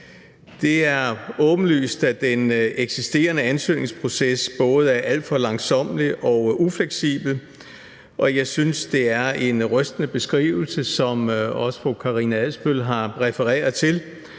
Det er åbenlyst, at den eksisterende ansøgningsproces både er alt for langsommelig og ufleksibel, og jeg synes, det er en rystende beskrivelse, som også fru Karina Adsbøl har refereret til